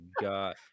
god